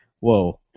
whoa